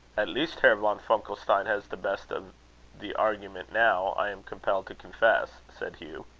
at least herr von funkelstein has the best of the argument now, i am compelled to confess, said hugh.